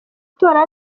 gutora